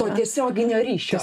to tiesioginio ryšio